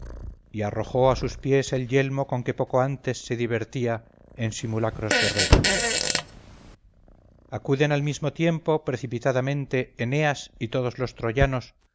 y arrojó a sus pies el yelmo con que poco antes se divertía en simulacros guerreros acuden al mismo tiempo precipitadamente eneas y todos los troyanos